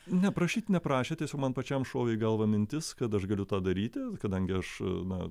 ne prašyti neprašė tiesiog man pačiam šovė į galvą mintis kad aš galiu tą daryti kadangi aš na